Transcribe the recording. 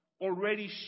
already